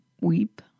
weep